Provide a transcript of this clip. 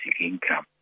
income